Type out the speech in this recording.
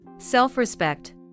self-respect